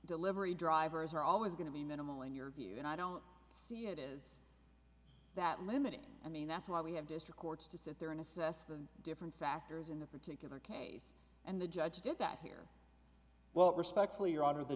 delivery drivers are always going to be minimal in your view and i don't see how it is that limited i mean that's why we have district courts to sit there and assess the different factors in the particular case and the judge did that here well respectfully your honor the